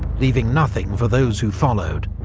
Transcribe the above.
leaving nothing for those who followed,